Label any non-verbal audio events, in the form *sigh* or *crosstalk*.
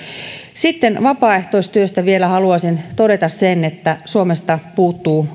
vapaaehtoistyöstä haluaisin todeta vielä sen että suomesta puuttuu *unintelligible*